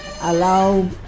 allow